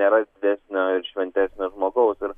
nėra didesnio šventesnio žmogaus ir